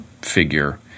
figure